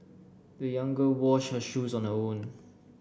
the young girl washed her shoes on her own